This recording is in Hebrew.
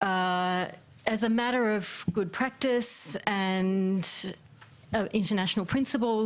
כעניין של פרקטיקה מיטבית ועקרונות בין-לאומיים,